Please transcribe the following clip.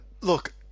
Look